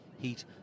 heat